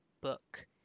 book